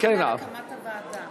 יש לך הרכב הוועדה.